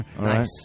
Nice